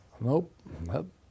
nope